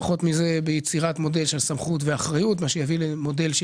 וביצירת מודל של סמכות ואחריות שיביא למודל של